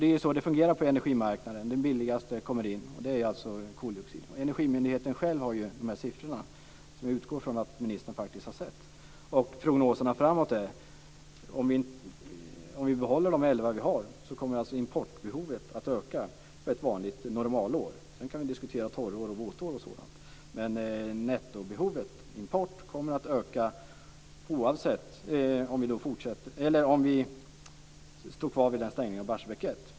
Det är ju så det fungerar på energimarknaden; den billigaste kommer in, alltså koldioxiden. På energimyndigheten har man ju själva siffrorna som jag utgår från att ministern har sett, och prognoserna framåt är att om vi behåller de elva som vi har, kommer importbehovet att öka under ett normalår. Sedan kan man diskutera behovet under torrår och våtår etc. Men nettobehovet av import kommer att öka oavsett om vi står kvar vid stängningen av Barsebäck 1.